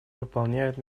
выполняют